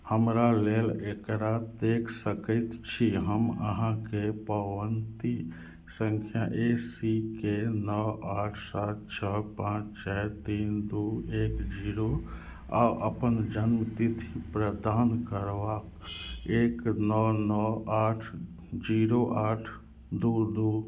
हमरा लेल एकरा देखि सकै छी हम अहाँके पावती सँख्या ए सी के नओ आठ सात छओ पाँच चारि तीन दुइ एक जीरो आओर अपन जनमतिथि प्रदान करब एक नओ नओ आठ जीरो आठ दुइ दुइ